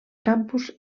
campus